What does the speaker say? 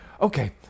Okay